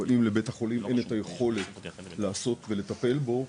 אבל אם לבית החולים אין את היכולת לעסוק ולטפל בו,